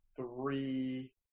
three